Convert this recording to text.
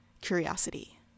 curiosity